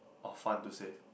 of fun to say